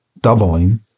doubling